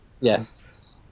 yes